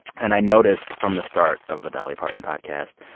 and i noticed from the start of the dolly parton podcast,